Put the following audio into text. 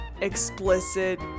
explicit